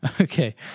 Okay